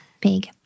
big